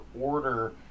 order